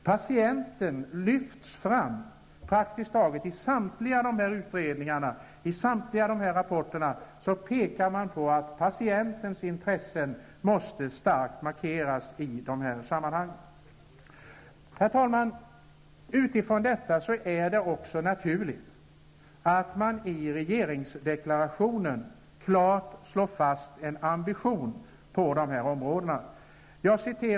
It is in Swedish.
Patienten lyfts fram praktiskt taget i samtliga utredningar, och i samtliga rapporter pekar man på att patientens intressen starkt måste markeras i dessa sammanhang. Herr talman! Utifrån detta är det också naturligt att man i regeringsdeklarationen klart slår fast en ambition på dessa områden.